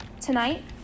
Tonight